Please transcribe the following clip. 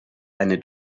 eine